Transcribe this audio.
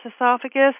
esophagus